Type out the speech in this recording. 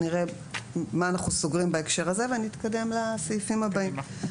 נראה מה אנחנו סוגרים בהקשר הזה ונתקדם לסעיפים הבאים.